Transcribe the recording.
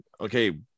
okay